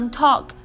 talk